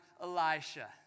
Elisha